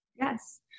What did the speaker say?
Yes